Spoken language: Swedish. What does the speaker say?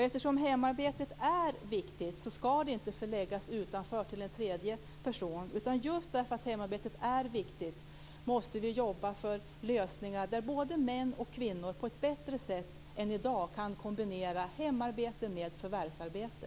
Eftersom hemarbetet är viktigt skall det inte läggas på en tredje person utanför hemmet. Just därför att hemarbetet är viktigt måste vi jobba för lösningar där både män och kvinnor på ett bättre sätt än i dag kan kombinera hemarbete med förvärvsarbete.